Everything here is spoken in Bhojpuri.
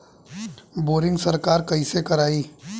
बोरिंग सरकार कईसे करायी?